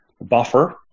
buffer